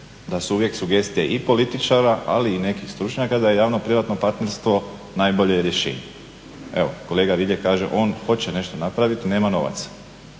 da su uvijek sugestije i političara, ali i nekih stručnjaka da je javno-privatno partnerstvo najbolje rješenje. Evo, kolega Rilje kaže on hoće nešto napraviti nema novaca.